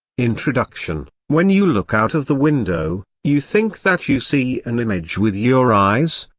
introduction when you look out of the window, you think that you see an image with your eyes,